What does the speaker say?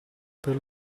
per